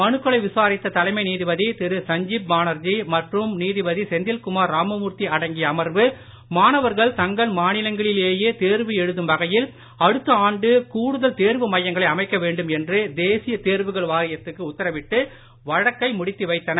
மனுக்களைவிசாரித்ததலைமைநீதிபதிதிருசஞ்ஜீப்பா னர்ஜிமற்றும்நீதிபதிசெந்தில்குமார்ராமமூர்த்திஅடங்கியஅமர்வு மாணவர்கள்தங்கள்மாநிலங்களிலேயேதேர்வுஎழுதும்வகையில் அடுத்தஆண்டுகூடுதல்தேர்வுமையங்களைஅமைக்கவேண்டும்என்றுதேசி யதேர்வுகள்வாரியத்துக்குஉத்தரவிட்டுவழக்கைமுடித்துவைத்தனர்